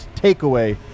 takeaway